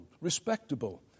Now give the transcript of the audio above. respectable